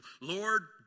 Lord